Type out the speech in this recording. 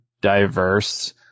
diverse